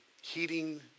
heating